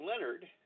Leonard